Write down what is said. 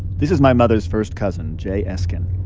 this is my mother's first cousin, jay eskin.